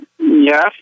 Yes